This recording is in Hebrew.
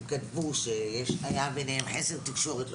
הם כתבו שהיה ביניהם חוסר תקשורת,